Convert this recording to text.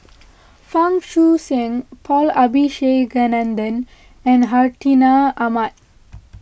Fang Guixiang Paul Abisheganaden and Hartinah Ahmad